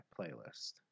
playlist